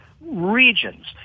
regions